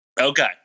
Okay